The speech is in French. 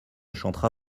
chantera